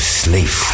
sleep